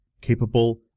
capable